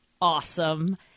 awesome